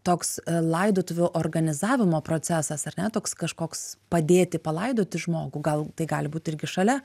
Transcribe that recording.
toks laidotuvių organizavimo procesas ar ne toks kažkoks padėti palaidoti žmogų gal tai gali būti irgi šalia